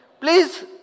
Please